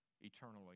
eternally